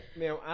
now